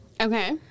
Okay